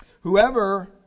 Whoever